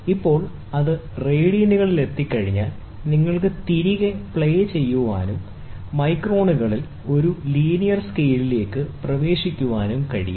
ഇപ്പോൾ അത് റേഡിയൻസിൽ എത്തിക്കഴിഞ്ഞാൽ നിങ്ങൾക്ക് തിരികെ പ്ലേ ചെയ്യാനും മൈക്രോണുകളിൽ ഒരു ലീനിയർ സ്കെയിലിലേക്ക് പ്രവേശിക്കാനും കഴിയും